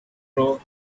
pro